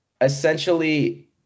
essentially